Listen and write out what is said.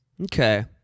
Okay